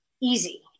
easy